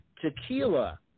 Tequila